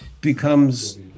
becomes